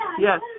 Yes